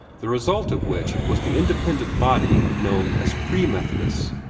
the result of which was the independent body known as free methodists,